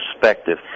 perspective